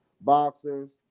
boxers